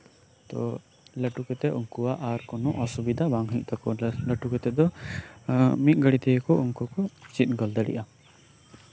ᱛᱚ ᱞᱟᱹᱴᱩ ᱠᱟᱛᱮᱫ ᱩᱱᱠᱩᱣᱟᱜ ᱟᱨ ᱠᱳᱱᱳ ᱚᱥᱩᱵᱤᱫᱷᱟ ᱵᱟᱝ ᱦᱳᱭᱳᱜ ᱛᱟᱠᱚᱣᱟ ᱵᱮᱥ ᱞᱟᱹᱴᱩ ᱠᱟᱛᱮᱫ ᱫᱚ ᱢᱤᱫ ᱜᱷᱟᱹᱲᱤ ᱛᱮᱜᱮ ᱩᱱᱠᱩ ᱠᱚ ᱪᱮᱫ ᱜᱚᱫ ᱫᱟᱲᱮᱭᱟᱜᱼᱟ